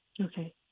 Okay